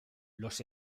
los